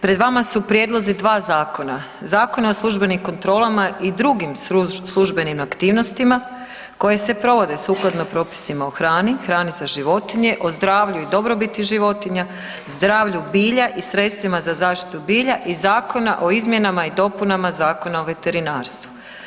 Pred vama su prijedlozi dva zakona, Zakon o službenim kontrolama i drugim službenim aktivnostima koje se provode sukladno propisima o hrani, hrani za životinje, o zdravlju i dobrobiti životinja, zdravlju bilja i sredstvima za zaštitu bilja i zakona o izmjenama i dopunama Zakona o veterinarstvu.